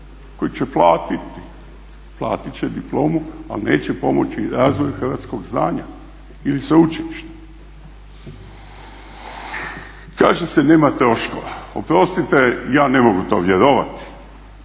koji će platiti, platit će diplomu ali neće pomoći razvoju hrvatskog znanja ili sveučilišta. Kaže se nama troškova, oprostite ja ne mogu to vjerovati.